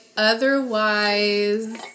Otherwise